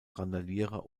randalierer